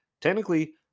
technically